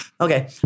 Okay